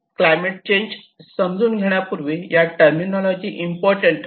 climate change समजून घेण्यापूर्वी या टर्मिनोलॉजी इम्पॉर्टंट आहेत